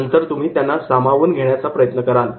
नंतर तुम्ही त्यांना सामावून घेण्याचा प्रयत्न कराल